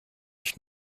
ich